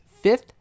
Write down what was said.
fifth